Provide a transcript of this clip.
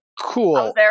cool